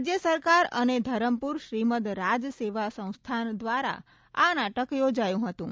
રાજય સરકાર અને ધરમપુર શ્રીમદ રાજ સેવા સંસ્થાન દ્વારા આ નાટક યોજાયું હતું